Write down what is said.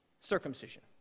Circumcision